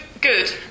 good